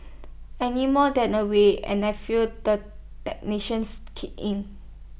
any more than A week and I feel the technicians kick in